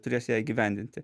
turės ją įgyvendinti